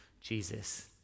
Jesus